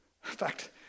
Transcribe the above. fact